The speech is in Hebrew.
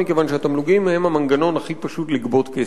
משום שהתמלוגים הם המנגנון הכי פשוט לגבות כסף.